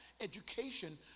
education